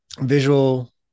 visual